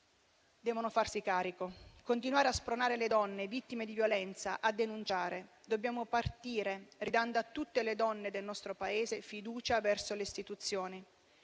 devono farsi carico. Bisogna continuare a spronare le donne vittime di violenza a denunciare. Dobbiamo partire ridando a tutte le donne del nostro Paese fiducia verso le istituzioni.